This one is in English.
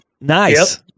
Nice